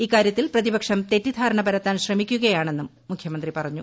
ഇക്കാര്യത്തിൽ പ്രതിപക്ഷം തെറ്റിദ്ധാരണ പരത്താൻ ശ്രമിക്കുകയാണെന്നും മുഖ്യമന്ത്രി പറഞ്ഞു